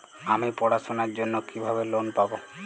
আমি পড়াশোনার জন্য কিভাবে লোন পাব?